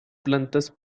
plantas